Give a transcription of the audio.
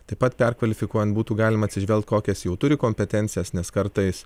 taip pat perkvalifikuojant būtų galima atsižvelgt kokias jau turi kompetencijas nes kartais